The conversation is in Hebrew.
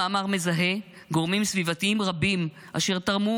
המאמר מזהה גורמים סביבתיים רבים אשר תרמו